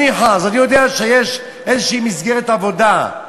ניחא, אז אני יודע שיש איזושהי מסגרת עבודה.